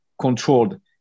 controlled